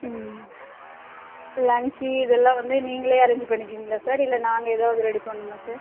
ம் லன்ச்சி இதெல்லாம் வந்து நீங்களே அரேன்ஞ்சி பண்ணிக்குவீங்களா சார் இல்லை நாங்கள் எதாவது ரெடி பண்ணணுமா சார்